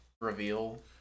reveal